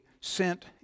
sent